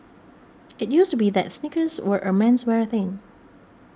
it used to be that sneakers were a menswear thing